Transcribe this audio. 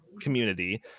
community